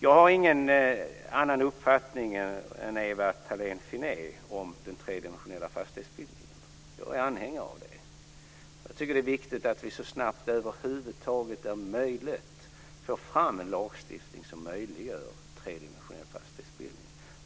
Jag har ingen annan uppfattning än Ewa Thalén Jag är anhängare av den. Det är viktigt att vi så snabbt som det över huvud taget är möjligt får fram en lagstiftning som möjliggör tredimensionell fastighetsbildning.